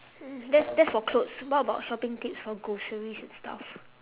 that's that's for clothes what about shopping tips for groceries and stuff